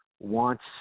wants